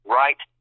right